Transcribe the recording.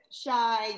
shy